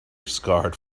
scarred